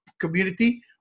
community